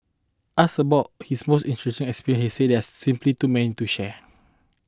asked about his most interesting experiences he said that there are simply too many to share